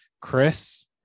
Chris